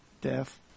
death